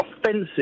offensive